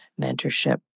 mentorship